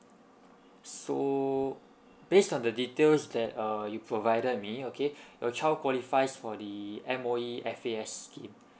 so based on the details that uh you provided me okay your child qualifies for the M_O_E F_A_S scheme